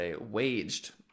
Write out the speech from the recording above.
waged